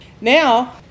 now